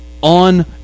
on